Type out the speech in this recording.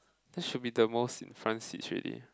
that should be the most front seats already